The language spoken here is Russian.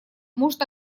может